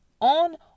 on